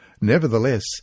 Nevertheless